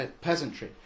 peasantry